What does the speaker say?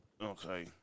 Okay